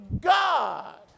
God